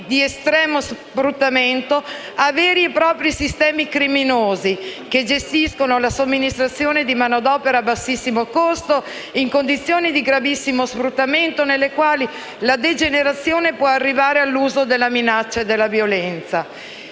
di estremo sfruttamento, a veri e propri sistemi criminosi, che gestiscono la somministrazione di manodopera a bassissimo costo, in condizioni di gravissimo sfruttamento nelle quali la degenerazione può arrivare all'uso della minaccia e della violenza.